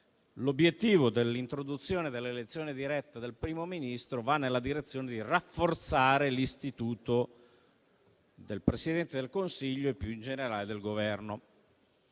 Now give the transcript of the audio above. l'obiettivo dell'introduzione dell'elezione diretta del Primo Ministro va nella direzione di rafforzare l'istituto del Presidente del Consiglio e, più in generale, del Governo.